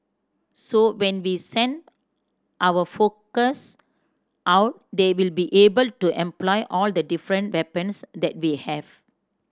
so when we send our focus out they will be able to employ all the different weapons that we have